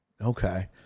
okay